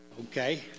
okay